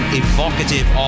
evocative